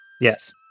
Yes